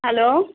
hello